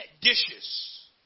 dishes